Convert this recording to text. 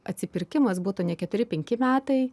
atsipirkimas būtų ne keturi penki metai